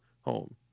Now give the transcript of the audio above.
home